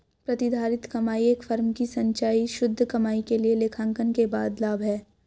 प्रतिधारित कमाई एक फर्म की संचयी शुद्ध कमाई के लिए लेखांकन के बाद लाभ है